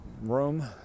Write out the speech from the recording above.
room